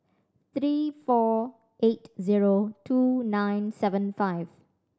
three four eight zero two nine seven five